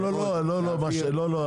לא לא,